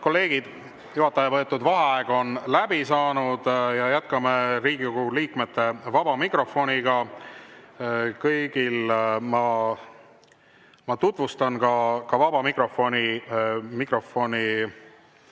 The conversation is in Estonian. kolleegid! Juhataja võetud vaheaeg on läbi saanud ja jätkame Riigikogu liikmete vaba mikrofoniga. Ma tutvustan vaba mikrofoni